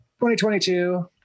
2022